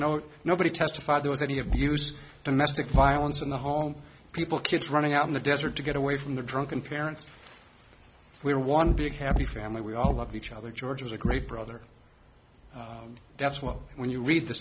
no nobody testified there was any of use domestic violence in the home people kids running out in the desert to get away from the drunken parents we're one big happy family we all love each other george was a great brother that's well when you read the